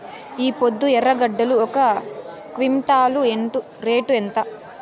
ఈపొద్దు ఎర్రగడ్డలు ఒక క్వింటాలు రేటు ఎంత?